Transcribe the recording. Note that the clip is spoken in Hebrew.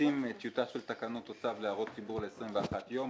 מפיצים טיוטה של תקנות או צו להערות ציבור ל-21 יום,